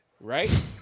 Right